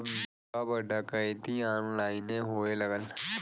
सब डकैती ऑनलाइने होए लगल